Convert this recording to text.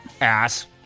Ass